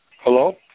Hello